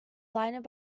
blinded